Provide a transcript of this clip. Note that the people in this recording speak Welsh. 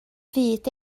fyd